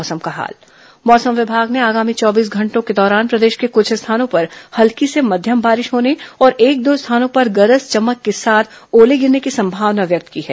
मौसम मौसम विभाग ने आगामी चौबीस घंटों के दौरान प्रदेश के कुछ स्थानों पर हल्की से मध्यम बारिश होने और एक दो स्थानों पर गरज चमक के साथ ओले गिरने की संभावना व्यक्त की है